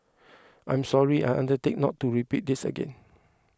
I'm sorry I undertake not to repeat this again